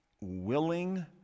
willing